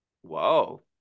Whoa